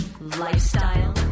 lifestyle